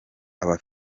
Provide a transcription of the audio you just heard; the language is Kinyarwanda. aba